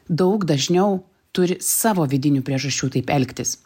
daug dažniau turi savo vidinių priežasčių taip elgtis